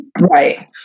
Right